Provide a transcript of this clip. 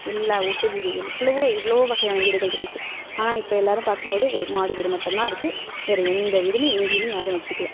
எல்லா ஓட்டு வீடு எவ்வளவோ இவ்வளோ வகையான வீடுகள் இருந்துச்சு ஆனால் இப்போ எல்லாேரும் பார்க்கும்போது ஒரு மாடி வீடு மட்டும்தான் இருக்குது வேறு எந்த வீடுமே எங்கேயுமே யாரும் வச்சுக்கல